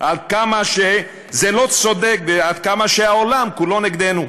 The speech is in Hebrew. עד כמה זה לא צודק ועד כמה העולם כולו נגדנו.